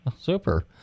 Super